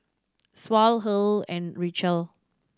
Saul and Richelle